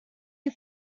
you